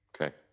Okay